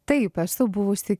taip esu buvusi